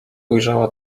ujrzała